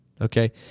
Okay